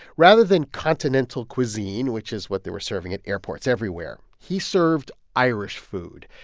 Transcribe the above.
rather than continental cuisine which is what they were serving at airports everywhere he served irish food.